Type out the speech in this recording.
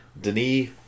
Denis